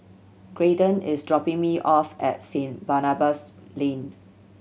Graydon is dropping me off at Saint Barnabas Lane